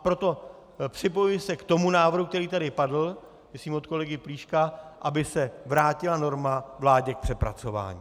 Proto se připojuji k návrhu, který tady padl, myslím, od kolegy Plíška, aby se vrátila norma vládě k přepracování.